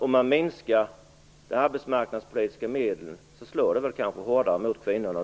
Om man minskar de arbetsmarknadspolitiska medlen slår det kanske hårdare mot kvinnorna.